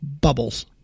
bubbles